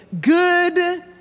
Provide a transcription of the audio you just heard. good